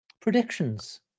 predictions